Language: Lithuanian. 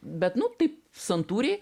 bet nu taip santūriai